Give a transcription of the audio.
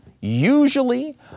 usually